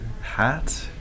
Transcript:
hat